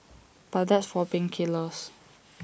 but that's for pain killers